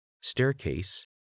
staircase